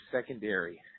secondary